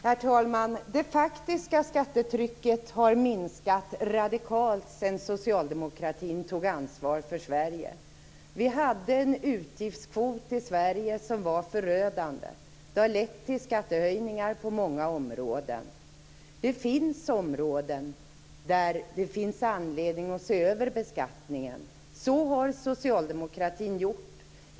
Herr talman! Det faktiska skattetrycket har minskat radikalt sedan socialdemokratin tog ansvar för Sverige. Vi hade en utgiftskvot i Sverige som var förödande. Det har lett till skattehöjningar på många områden. Det finns områden där det finns anledning att se över beskattningen. Så har socialdemokratin också gjort.